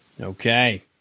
Okay